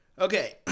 Okay